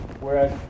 Whereas